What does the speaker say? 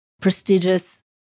Prestigious